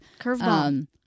Curveball